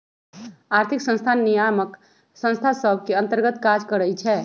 आर्थिक संस्थान नियामक संस्था सभ के अंतर्गत काज करइ छै